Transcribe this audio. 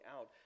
out